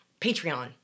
Patreon